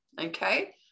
okay